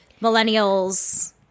millennials